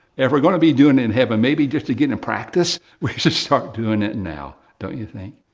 and if we're going to be doing it in heaven, maybe just to get in practice, we should start doing it now, don't you think?